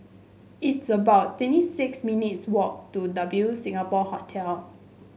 it's about twenty six minutes walk to W Singapore Hotel